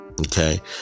okay